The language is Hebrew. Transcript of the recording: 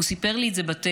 הוא סיפר לי את זה בטלפון,